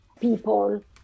people